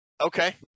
Okay